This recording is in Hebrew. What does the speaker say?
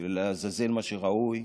ולעזאזל מה שראוי.